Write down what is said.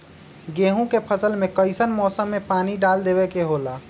गेहूं के फसल में कइसन मौसम में पानी डालें देबे के होला?